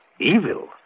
Evil